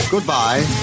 Goodbye